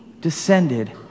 descended